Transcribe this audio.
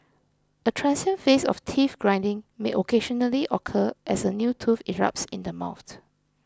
a transient phase of teeth grinding may occasionally occur as a new tooth erupts in the mouth